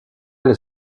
elle